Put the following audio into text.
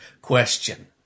question